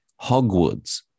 Hogwarts